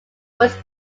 was